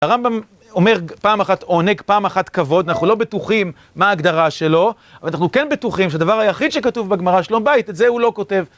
הרמב״ם אומר פעם אחת עונג, פעם אחת כבוד. אנחנו לא בטוחים מה ההגדרה שלו, אבל אנחנו כן בטוחים שהדבר היחיד שכתוב בגמרא על שלום בית - את זה הוא לא כותב.